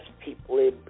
people